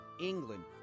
England